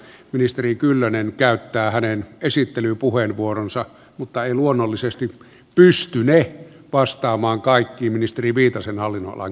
ministeri kyllönen käyttää hänen esittelypuheenvuoronsa mutta ei luonnollisesti pystyne vastaamaan kaikkiin ministeri viitasen hallinnonalan kysymyksiin